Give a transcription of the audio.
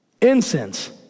Incense